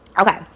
Okay